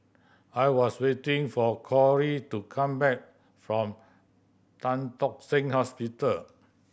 I was waiting for Cori to come back from Tan Tock Seng Hospital